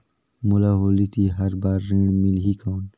मोला होली तिहार बार ऋण मिलही कौन?